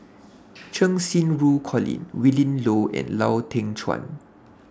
Cheng Xinru Colin Willin Low and Lau Teng Chuan